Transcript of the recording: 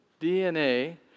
DNA